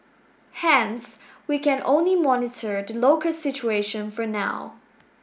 hence we can only monitor the local situation for now